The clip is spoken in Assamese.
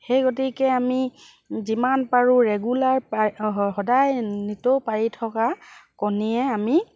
সেই গতিকে আমি যিমান পাৰোঁ ৰেগুলাৰ সদায় নিতৌ পাৰি থকা কণীয়ে আমি